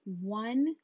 one